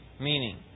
meaning